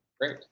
great